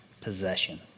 possession